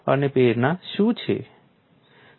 અને પ્રેરણા શું છે